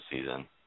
season